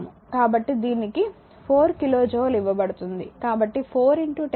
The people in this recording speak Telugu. కాబట్టి దీనికి 4 కిలో జూల్ ఇవ్వబడుతుంది